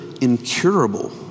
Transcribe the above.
incurable